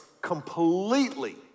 completely